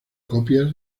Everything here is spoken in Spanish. copias